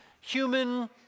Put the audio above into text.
human